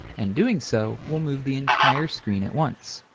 and doing so will move the entire screen at once.